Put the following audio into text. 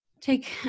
take